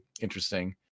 interesting